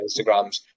instagrams